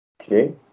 Okay